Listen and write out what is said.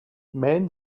men